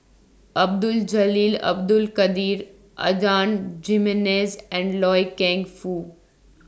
Abdul Jalil Abdul Kadir Adan Jimenez and Loy Keng Foo